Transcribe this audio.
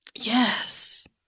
Yes